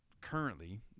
currently